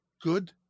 good